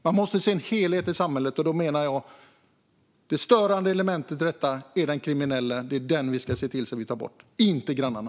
Man måste se samhället i sin helhet, och jag menar att det störande elementet är den kriminelle. Det är denne som ska bort, inte grannarna.